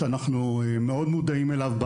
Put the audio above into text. שאנחנו מאוד מודעים אליו,